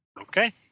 Okay